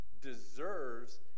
deserves